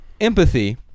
empathy